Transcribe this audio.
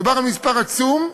מדובר על מספר עצום,